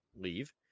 leave